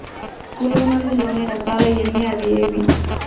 పులుగు మందు లోని రకాల ఎన్ని అవి ఏవి?